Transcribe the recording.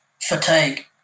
fatigue